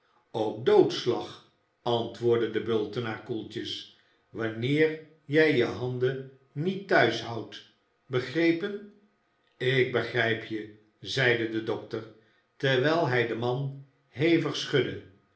ook doodslag antwoordde de bultenaar koeltjes wanneer jij je handen niet thuis houdt begrepen ik begrijp je zeide de dokter terwijl hij den man hevig schudde